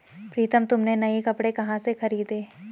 प्रितम तुमने नए कपड़े कहां से खरीदें?